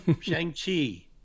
Shang-Chi